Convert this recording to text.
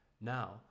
Now